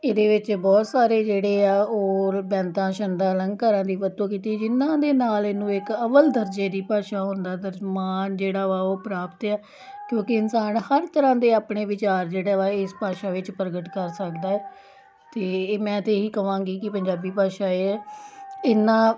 ਇਹਦੇ ਵਿੱਚ ਬਹੁਤ ਸਾਰੇ ਜਿਹੜੇ ਆ ਔਰ ਬੈਂਤਾਂ ਛੰਦਾਂ ਅਲੰਕਾਰਾਂ ਦੀ ਵਰਤੋਂ ਕੀਤੀ ਜਿਨ੍ਹਾਂ ਦੇ ਨਾਲ ਇਹਨੂੰ ਇੱਕ ਅਵੱਲ ਦਰਜੇ ਦੀ ਭਾਸ਼ਾ ਹੋਣ ਦਾ ਦਰਜ ਮਾਣ ਜਿਹੜਾ ਵਾ ਉਹ ਪ੍ਰਾਪਤ ਆ ਕਿਉਂਕਿ ਇਨਸਾਨ ਹਰ ਤਰ੍ਹਾਂ ਦੇ ਆਪਣੇ ਵਿਚਾਰ ਜਿਹੜਾ ਵਾ ਇਸ ਭਾਸ਼ਾ ਵਿੱਚ ਪ੍ਰਗਟ ਕਰ ਸਕਦਾ ਹੈ ਅਤੇ ਇਹ ਮੈਂ ਤਾਂ ਇਹੀ ਕਹਾਂਗੀ ਕਿ ਪੰਜਾਬੀ ਭਾਸ਼ਾ ਇਹ ਹੈ ਇਹਨਾਂ